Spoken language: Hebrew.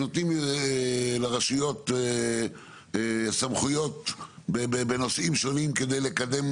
שנותנים לרשויות סמכויות בנושאים שונים כדי לקדם